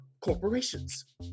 corporations